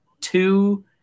Two